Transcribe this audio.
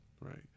right